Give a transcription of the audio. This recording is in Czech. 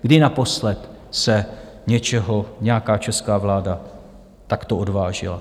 Kdy naposled se něčeho nějaká česká vláda takto odvážila?